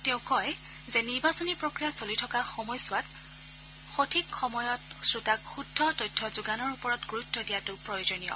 তেওঁ কয় যে নিৰ্বাচনী প্ৰক্ৰিয়া চলি থকা সময় ছোৱাত সঠিক সময়ত শ্ৰোতাক শুদ্ধ তথ্য যোগানৰ ওপৰত গুৰুত্ব দিয়াটো প্ৰয়োজনীয়